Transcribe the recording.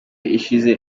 ishize